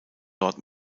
dort